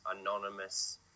anonymous